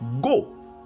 Go